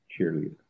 cheerleader